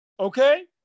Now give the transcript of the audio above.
Okay